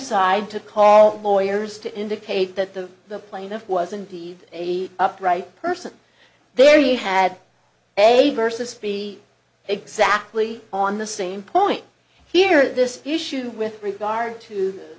side to call lawyers to indicate that the the plaintiff was indeed a upright person there he had a versus be exactly on the same point here this issue with regard to